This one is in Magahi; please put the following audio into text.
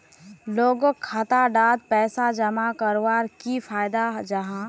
लोगोक खाता डात पैसा जमा कवर की फायदा जाहा?